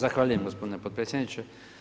Zahvaljujem gospodine potpredsjedniče.